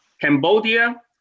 Cambodia